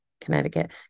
connecticut